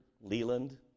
Leland